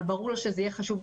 וברור לה שזה יהיה חשוב.